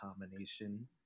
combination